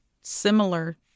similar